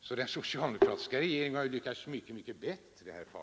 Så den socialdemokratiska regeringen har ju lyckats mycket bättre än herr Fagerlund framställer det.